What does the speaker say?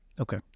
Okay